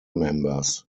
members